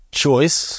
choice